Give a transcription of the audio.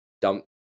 dump